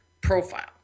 profile